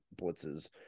blitzes